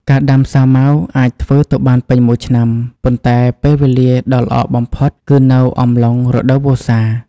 ការដាំសាវម៉ាវអាចធ្វើទៅបានពេញមួយឆ្នាំ ប៉ុន្តែពេលវេលាដ៏ល្អបំផុតគឺនៅអំឡុងរដូវវស្សា។